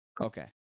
Okay